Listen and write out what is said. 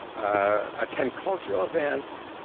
ah attend cultural events,